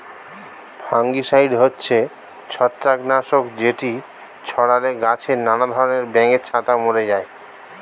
fungicide হচ্ছে ছত্রাক নাশক যেটি ছড়ালে গাছে নানা ধরণের ব্যাঙের ছাতা মরে যায়